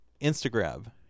Instagram